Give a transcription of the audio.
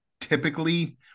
typically